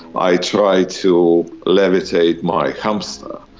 i tried to levitate my hamster.